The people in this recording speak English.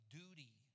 duty